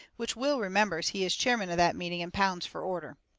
which will remembers he is chairman of that meeting and pounds fur order.